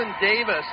Davis